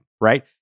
right